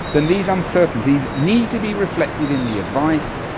then these uncertainties need to be reflected in the advice,